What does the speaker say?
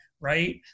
right